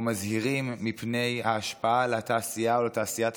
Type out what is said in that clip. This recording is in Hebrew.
או מזהירים מפני ההשפעה על התעשייה או על תעשיית